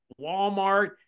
Walmart